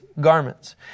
garments